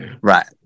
right